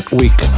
week